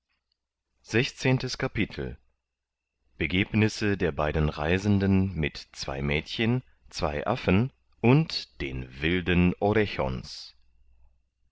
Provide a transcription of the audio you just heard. sechszehntes kapitel begebnisse der beiden reisenden mit zwei mädchen zwei affen und den wilden